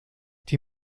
die